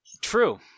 True